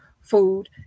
food